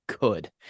good